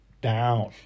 down